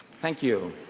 thank you.